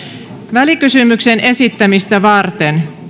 välikysymyksen esittämistä varten